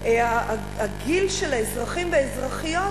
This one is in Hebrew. והגיל של האזרחים והאזרחיות